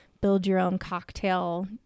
build-your-own-cocktail